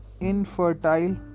Infertile